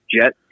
jet